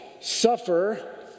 suffer